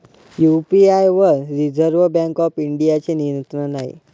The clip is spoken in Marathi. यू.पी.आय वर रिझर्व्ह बँक ऑफ इंडियाचे नियंत्रण आहे